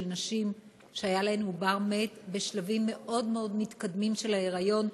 נשים שהיה להן עובר מת בשלבים מאוד מאוד מתקדמים של ההיריון,